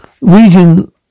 region